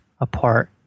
apart